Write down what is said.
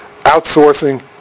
Outsourcing